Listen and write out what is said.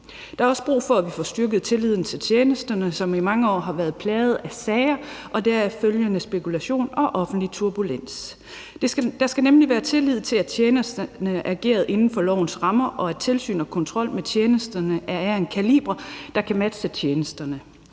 Der er også brug for, at vi får styrket tilliden til tjenesterne, som i mange år har været plaget af sager og deraf følgende spekulation og offentlig turbulens. Der skal nemlig være tillid til, at tjenesterne agerer inden for lovens rammer, og at tilsyn og kontrol med tjenesterne er af en kaliber, der kan matche tjenesterne.